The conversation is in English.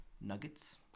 nuggets